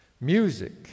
Music